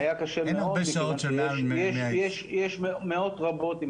היה קשה מאוד מכיוון שיש מאות רבות אם